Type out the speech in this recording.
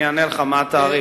אני אענה לך מה התעריף.